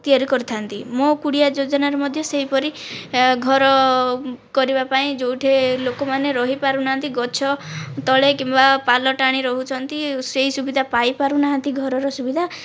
ତିଆରି କରିଥାନ୍ତି ମୋ' କୁଡ଼ିଆ ଯୋଜନାରେ ମଧ୍ୟ ସେହିପରି ଘର କରିବା ପାଇଁ ଯେଉଁଠି ଲୋକମାନେ ରହି ପାରୁନାହାନ୍ତି ଗଛ ତଳେ କିମ୍ବା ପାଲ ଟାଣି ରହୁଛନ୍ତି ସେହି ସୁବିଧା ପାଇ ପାରୁନାହାନ୍ତି ଘରର ସୁବିଧା